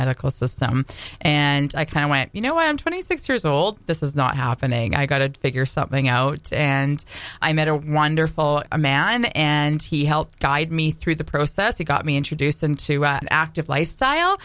medical system and i kind of went you know i'm twenty six years old this is not happening i got to figure something out and i met a wonderful man and he helped guide me through the process he got me introduced into an active lifestyle